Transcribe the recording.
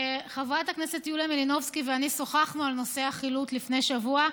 חברת הכנסת יוליה מלינובסקי ואני שוחחנו על נושא החילוט לפני שבוע,